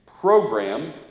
program